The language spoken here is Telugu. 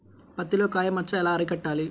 పత్తిలో కాయ మచ్చ ఎలా అరికట్టాలి?